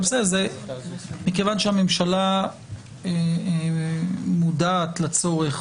מכיוון שהממשלה מודעת לצורך